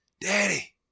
Daddy